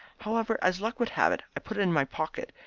however, as luck would have it, i put it in my pocket,